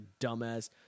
dumbass